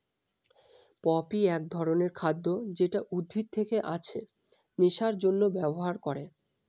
poppy এক ধরনের খাদ্য যেটা উদ্ভিদ থেকে আছে নেশার জন্যে ব্যবহার করে